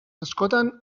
askotan